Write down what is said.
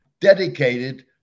dedicated